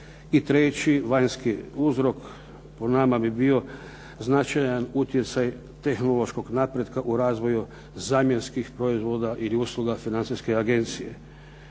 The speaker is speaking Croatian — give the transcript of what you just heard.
treći vanjski uzrok po nama bi bio značajan utjecaj tehnološkog napretka u razvoju zamjenskih proizvoda ili usluga Financijske agencije.